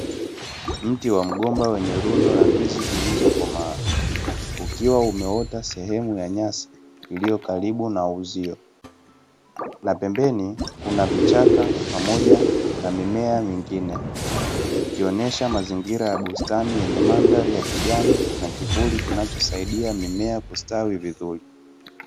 Mti wa mgomba wenye rundo la ndizi zilizokomaa, ukiwa umeota sehemu ya nyasi iliyo karibu na uzio. Na pembeni kuna vichaka pamoja na mimea mingine, ikionesha mazingira ya bustani yenye mandhari ya kijani, na kivuli kinachosaidia mimea kustawi vizuri.